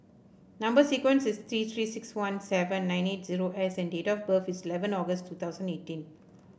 number sequence is T Three six one seven nine eight zero S and date of birth is eleven August two thousand and eighteen